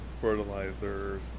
fertilizers